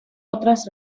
otras